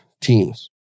teams